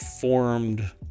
formed